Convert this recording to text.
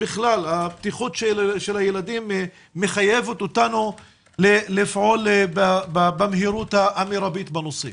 הבטיחות של הילדים מחייבת אותנו לפעול במהירות המרבית בנושא.